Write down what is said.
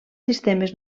sistemes